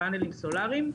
בפאנלים סולאריים.